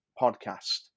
podcast